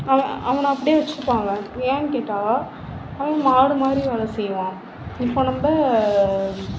அவன் அவனை அப்படியே வச்சிப்பாங்க ஏன்னு கேட்டால் அவன் மாடு மாதிரி வேலை செய்வான் இப்போது நம்ம